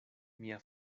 mia